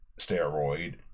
steroid